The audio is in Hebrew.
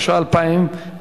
אין אף אחד שמציע ועדת כלכלה.